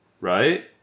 Right